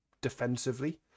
Defensively